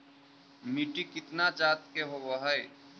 मिट्टी कितना जात के होब हय?